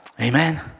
Amen